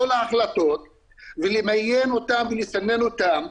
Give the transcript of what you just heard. כל ההחלטות, ולמיין אותן ולסנן אותן.